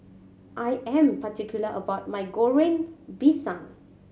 I am particular about my Goreng Pisang